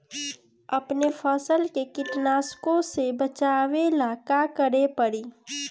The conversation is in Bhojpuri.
अपने फसल के कीटनाशको से बचावेला का करे परी?